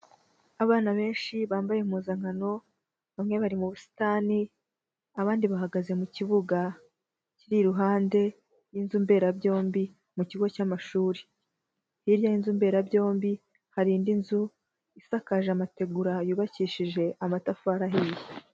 Abana benshi bambaye impuzankano, bamwe bari mu busitani abandi bahagaze mu kibuga kiri iruhande y'inzu mberabyombi mu kigo cy'amashuri. Hirya y'inzu mberabyombi hari indi nzu isakaje amategura yubakishije amatafari ahiye.